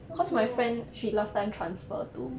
so small